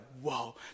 whoa